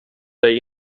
dig